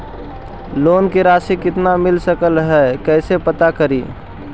Loan के रासि कितना मिल सक है कैसे पता करी?